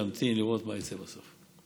להמתין ולראות מה יצא בסוף.